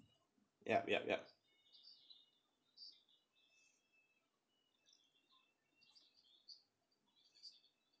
yup yup yup